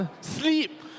Sleep